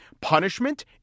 Punishment